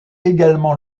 également